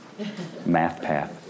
MathPath